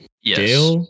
Yes